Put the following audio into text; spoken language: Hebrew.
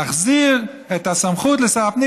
להחזיר את הסמכות לשר הפנים,